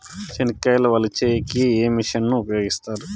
చెనక్కాయలు వలచే కి ఏ మిషన్ ను ఉపయోగిస్తారు?